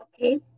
Okay